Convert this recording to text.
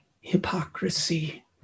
hypocrisy